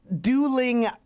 Dueling